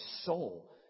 soul